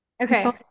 Okay